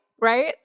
right